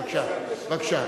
בבקשה.